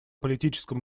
политическом